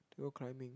they go climbing